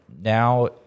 Now